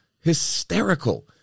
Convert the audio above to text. hysterical